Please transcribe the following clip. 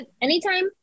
Anytime